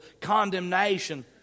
condemnation